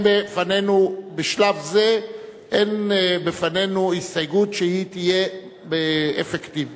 בשלב זה אין בפנינו הסתייגות שתהיה אפקטיבית.